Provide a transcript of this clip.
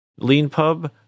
LeanPub